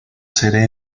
sede